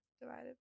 divided